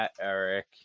Eric